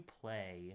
play